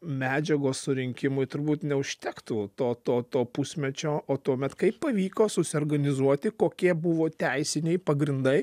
medžiagos surinkimui turbūt neužtektų to to to pusmečio o tuomet kaip pavyko susiorganizuoti kokie buvo teisiniai pagrindai